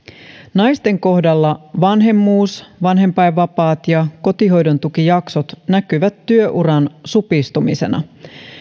naisten kohdalla vanhemmuus vanhempainvapaat ja kotihoidontukijaksot näkyvät työuran supistumisena